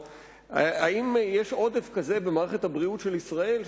האם יש עודף כזה במערכת הבריאות בישראל,